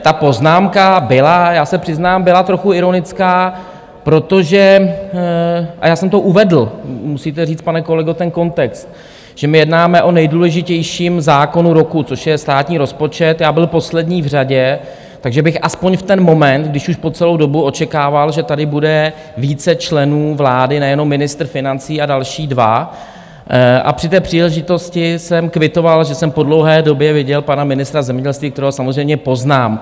Ta poznámka byla, já se přiznám, byla trochu ironická, protože, a já jsem to uvedl, musíte říct, pane kolego, ten kontext, že my jednáme o nejdůležitějším zákonu roku, což je státní rozpočet, já byl poslední v řadě, takže bych aspoň v ten moment, když už po celou dobu očekával, že tady bude více členů vlády, nejenom ministr financí a další dva, a při té příležitosti jsem kvitoval, že jsem po dlouhé době viděl pana ministra zemědělství, kterého samozřejmě poznám.